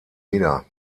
wieder